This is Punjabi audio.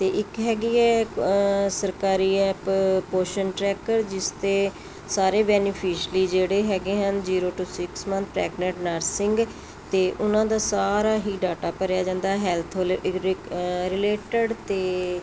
ਅਤੇ ਇੱਕ ਹੈਗੀ ਹੈ ਸਰਕਾਰੀ ਐਪ ਪੋਸ਼ਨ ਟਰੈਕਰ ਜਿਸ 'ਤੇ ਸਾਰੇ ਬੈਨੀਫਿਸ਼ਲੀ ਜਿਹੜੇ ਹੈਗੇ ਹਨ zero to six month pregnant nursing ਅਤੇ ਉਹਨਾਂ ਦਾ ਸਾਰਾ ਹੀ ਡਾਟਾ ਭਰਿਆ ਜਾਂਦਾ ਹੈਲਥ ਰਿ ਰਿਲੇਟਿਡ ਅਤੇ